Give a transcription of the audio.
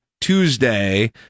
tuesday